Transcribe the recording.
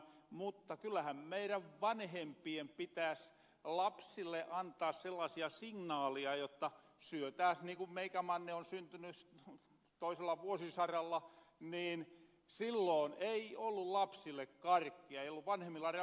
mutta kyllähän meidän vanhempien pitääs lapsille antaa sellasia signaaleja jotta syötääs niin ku meikämanne on syntyny toisella vuosisaralla niin silloon ei ollu lapsille karkkia ei ollu vanhemmilla rahaa ostaa